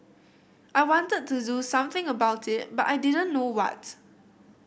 I wanted to do something about it but I didn't know what